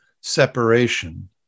separation